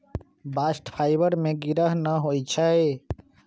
bast fibre में गिरह न होई छै